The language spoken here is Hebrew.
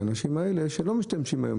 את האנשים האלה שלא משתמשים היום,